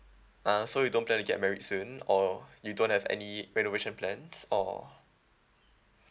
ah so you don't plan to get married soon or you don't have any renovation plans or